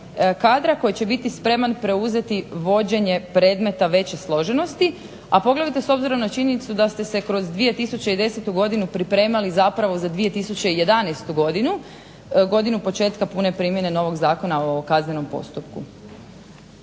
kadra koji će biti spreman preuzeti vođenje predmeta veće složenosti a poglavito s obzirom na činjenicu da ste se kroz 2010. godinu pripremali zapravo za 2011. godinu, godinu početka pune primjene Zakona o kaznenom postupku.